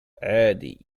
عادي